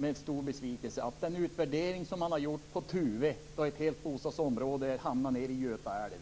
Men jag tycker ändå att den utvärdering som har gjorts när det gäller Tuve, där ett helt bostadsområde hamnade i Göta älv,